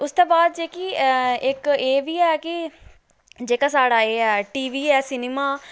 उसदे बाद जेह्की इक एह्बी ऐ की जेह्का साढ़ा एह् ऐ टी वी ऐ सिनेमा